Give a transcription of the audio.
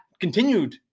Continued